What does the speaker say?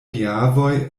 geavoj